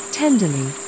tenderly